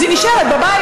אז היא נשארת בבית,